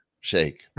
Shake